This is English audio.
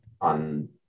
on